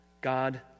God